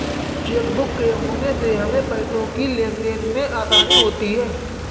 chequebook के होने से हमें पैसों की लेनदेन में आसानी होती हैँ